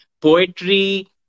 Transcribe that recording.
poetry